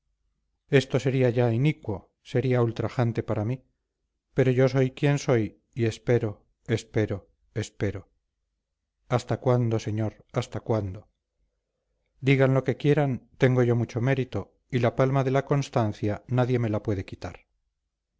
esto sería ya inicuo esto sería ultrajante para mí pero yo soy quien soy y espero espero espero hasta cuándo señor hasta cuándo digan lo que quieran tengo yo mucho mérito y la palma de la constancia nadie me la puede quitar